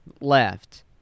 left